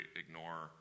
ignore